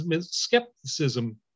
skepticism